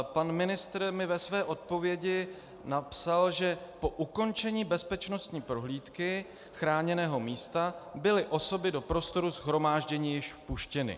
Pan ministr mi ve své odpovědi napsal, že po ukončení bezpečnostní prohlídky chráněného místa byly osoby do prostoru shromáždění již vpuštěny.